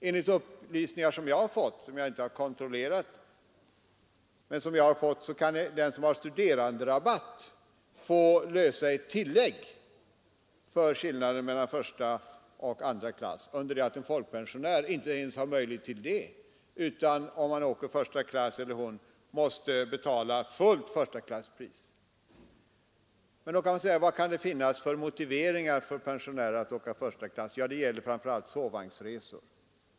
Enligt upplysningar som jag har fått — jag har inte kontrollerat dem — kan den som har studeranderabatt få lösa ett tillägg för skillnaden mellan första och andra klass, under det att en pensionär inte ens har möjlighet till det utan, om han eller hon åker första klass, måste betala fullt förstaklasspris. Vad kan det då finnas för motiveringar för pensionärer att åka första klass? Det gäller här framför allt sovvagnsresor.